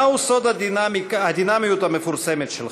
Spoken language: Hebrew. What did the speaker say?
מהו סוד הדינמיות המפורסמת שלך?